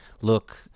look